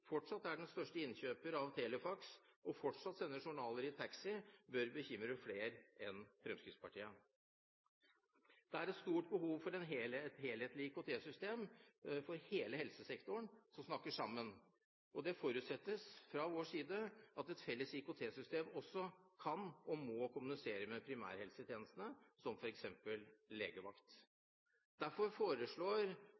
fortsatt er den største innkjøper av telefaks og fortsatt sender journaler i taxi, bør bekymre flere enn Fremskrittspartiet. Det er et stort behov for et helhetlig IKT-system for hele helsesektoren som snakker sammen. Det forutsettes fra vår side at ett felles IKT-system også kan og må kommunisere med primærhelsetjenestene, som f.eks. legevakt.